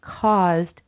caused